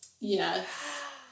Yes